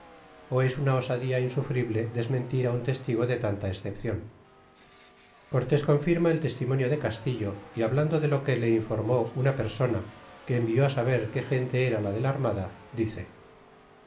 ó es una osadía insufrible desmentir un testigo de tanta escepcion cortes confirma el te timonio de castillo y hablando de lo que le informó una persona que envió saber que gente era la de la artmda dice